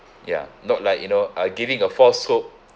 ya not like you know uh giving a false hope